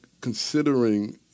considering